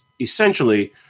essentially